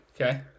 Okay